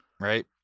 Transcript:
right